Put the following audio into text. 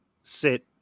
sit